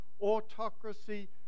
autocracy